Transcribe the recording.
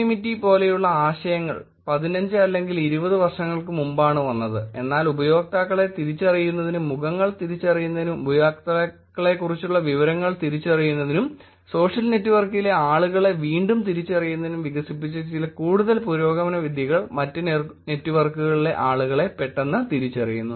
k anonymity പോലുള്ള ആശയങ്ങൾ 15 അല്ലെങ്കിൽ 20 വർഷങ്ങൾക്ക് മുമ്പാണ് വന്നത് എന്നാൽ ഉപയോക്താക്കളെ തിരിച്ചറിയുന്നതിനും മുഖങ്ങൾ തിരിച്ചറിയുന്നതിനും ഉപയോക്താക്കളെക്കുറിച്ചുള്ള വിവരങ്ങൾ തിരിച്ചറിയുന്നതിനും സോഷ്യൽ നെറ്റ്വർക്കിലെ ആളുകളെ വീണ്ടും തിരിച്ചറിയുന്നതിനും വികസിപ്പിച്ച ചില കൂടുതൽ പുരോഗമനവിദ്യകൾ മറ്റ് നെറ്റ്വർക്കുകളിലെ ആളുകളെ പെട്ടന്ന് തിരിച്ചറിയുന്നു